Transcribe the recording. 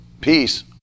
peace